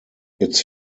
its